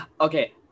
okay